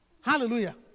Hallelujah